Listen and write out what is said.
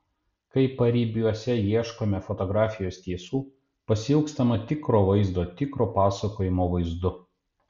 kai paribiuose ieškome fotografijos tiesų pasiilgstama tikro vaizdo tikro pasakojimo vaizdu